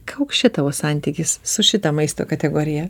koks čia tavo santykis su šita maisto kategorija